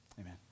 Amen